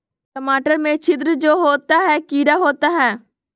टमाटर में छिद्र जो होता है किडा होता है?